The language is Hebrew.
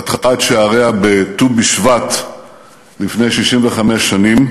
פתחה את שעריה בט"ו בשבט לפני 65 שנים,